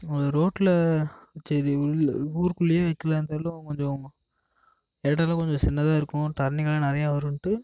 அது ரோட்ல சரி உள்ள ஊருக்குள்ளேயே வைக்கலான்னு கொஞ்சம் இடம்லாம் கொஞ்சம் சின்னதாக இருக்கும் டர்னிங் எல்லாம் நிறையா வரும்ட்டு